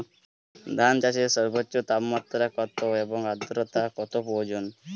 ধান চাষে সর্বোচ্চ তাপমাত্রা কত এবং আর্দ্রতা কত প্রয়োজন?